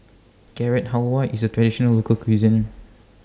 Carrot Halwa IS A Traditional Local Cuisine